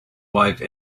wife